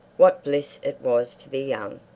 what bliss it was to be young.